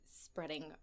spreading